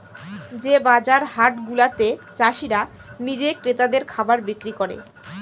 যে বাজার হাট গুলাতে চাষীরা নিজে ক্রেতাদের খাবার বিক্রি করে